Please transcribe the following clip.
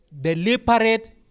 deliberate